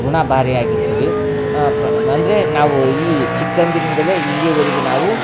ಋಣಭಾರಿ ಆಗಿರ್ತೀವಿ ಪ್ರ ಅಂದರೆ ನಾವು ಈ ಚಿಕ್ಕಂದಿನಿಂದಲೇ ಇಲ್ಲಿಯವರೆಗೂ ನಾವು